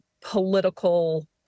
political